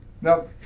Now